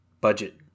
budget